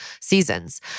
seasons